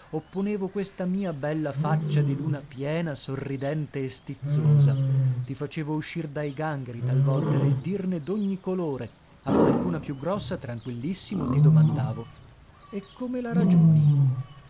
opponevo questa mia bella faccia di luna piena sorridente e stizzosa ti facevo uscir dai gangheri talvolta e dirne d'ogni colore a qualcuna più grossa tranquillissimo ti domandavo e come la ragioni